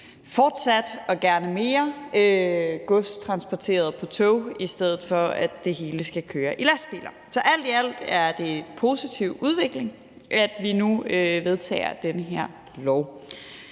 fortsat og gerne mere gods transporteret med tog, i stedet for at det hele skal køres i lastbiler. Så alt i alt er det en positiv udvikling, at vi nu vedtager det her